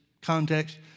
context